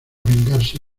vengarse